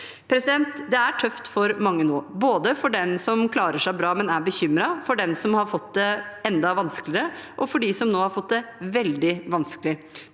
julefeiring. Det er tøft for mange nå, både for dem som klarer seg bra, men er bekymret, for dem som har fått det enda vanskeligere, og for dem som har fått det veldig vanskelig.